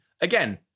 Again